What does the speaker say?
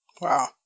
Wow